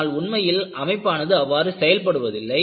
ஆனால் உண்மையில் அமைப்பானது அவ்வாறு செயல்படுவதில்லை